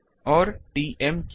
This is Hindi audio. और Tm क्या है